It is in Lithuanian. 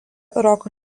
roko